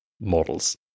models